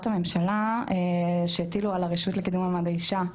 הממשלה שהטילו על הרשות לקידום מעמד האישה,